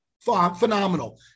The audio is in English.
phenomenal